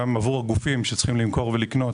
גם עבור הגופים שצריכים למכור ולקנות